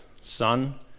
Son